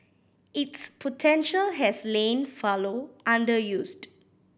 its potential has lain fallow underused